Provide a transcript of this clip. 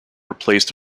replaced